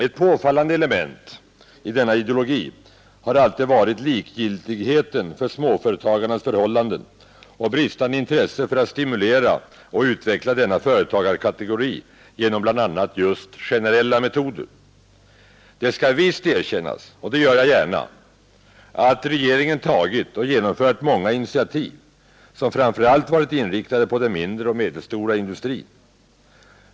Ett påfallande element i denna ideologi har alltid varit likgiltigheten för småföretagarnas förhållanden och bristande intresse för att stimulera denna företagarkategori genom bl.a. just generella metoder. Det skall visst erkännas — och det gör jag gärna — att regeringen tagit och genomfört många initiativ, som framför allt varit inriktade på den mindre och den medelstora industrin.